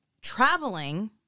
traveling